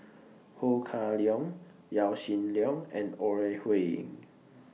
Ho Kah Leong Yaw Shin Leong and Ore Huiying